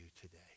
today